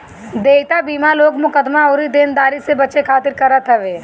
देयता बीमा लोग मुकदमा अउरी देनदारी से बचे खातिर करत हवे